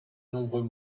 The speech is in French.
nombreux